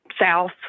south